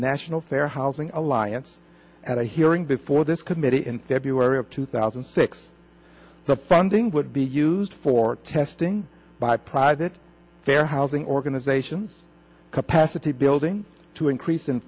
national fair housing alliance at a hearing before this committee in february of two thousand and six the funding would be used for testing by private fair housing organizations capacity building to increase in